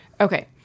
Okay